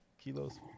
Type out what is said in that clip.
Kilos